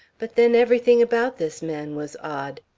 but, then, everything about this man was odd,